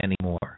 anymore